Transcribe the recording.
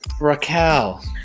Raquel